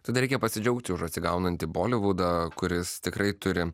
tada reikia pasidžiaugti už atsigaunantį bolivudą kuris tikrai turi